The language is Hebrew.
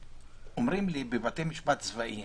ואומרים לי: בבתי משפט צבאיים